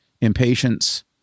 impatience